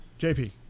JP